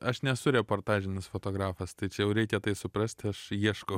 aš nesu reportažinis fotografas tai čia jau reikia tai suprasti aš ieškau